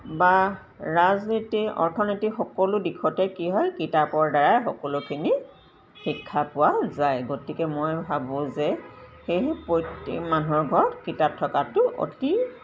বা ৰাজনীতি অৰ্থনীতি সকলো দিশতে কি হয় কিতাপৰ দ্বাৰাই সকলোখিনি শিক্ষা পোৱা যায় গতিকে মই ভাবোঁ যে সেয়েহে প্ৰত্যেক মানুহৰ ঘৰত কিতাপ থকাটো অতি